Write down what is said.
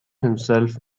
himself